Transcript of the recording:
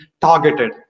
targeted